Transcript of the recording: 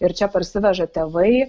ir čia parsiveža tėvai